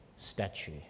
statue